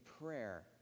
prayer